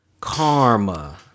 Karma